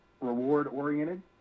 reward-oriented